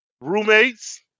roommates